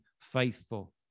faithful